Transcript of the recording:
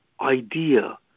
idea